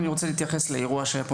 אני רוצה להתייחס לאירוע שהיה פה